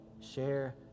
share